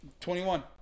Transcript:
21